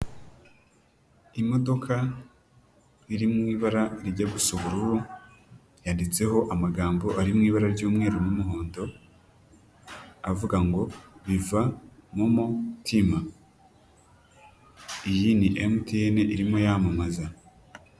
Imodoka iri mu ibara rijya gusa ubururu, yanditseho amagambo ari mu ibara ry'umweru n'umuhondo avuga ngo biva momo tima iyi ni MTN irimo yamamaza.